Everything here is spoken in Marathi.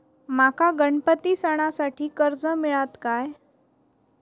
माका गणपती सणासाठी कर्ज मिळत काय?